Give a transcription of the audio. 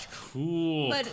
Cool